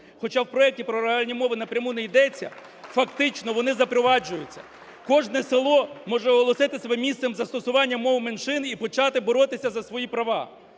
Хоча в проекті про регіональні мови напряму не йдеться, фактично вони запроваджуються. Кожне село може оголосити себе місцем застосування мов меншин і почати боротися за своїх права.